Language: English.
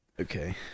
Okay